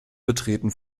betreten